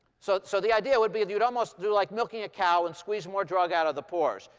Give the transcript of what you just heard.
so so the idea would be you'd almost do like milking a cow and squeeze more drug out of the pores.